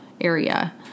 area